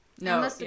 No